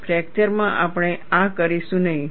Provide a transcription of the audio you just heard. fracture માં આપણે આ કરીશું નહીં